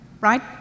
right